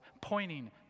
pointing